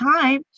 time